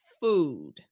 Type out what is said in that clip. food